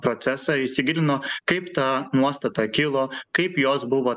procesą įsigilino kaip ta nuostata kilo kaip jos buvo